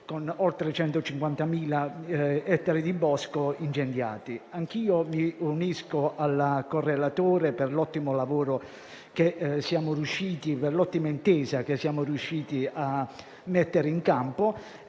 con oltre 150.000 ettari di bosco incendiati. Anch'io mi unisco al correlatore nei ringraziamenti per l'ottima intesa che siamo riusciti a mettere in campo.